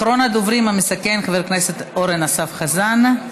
אחרון הדוברים, המסכם, חבר הכנסת אורן אסף חזן.